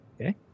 Okay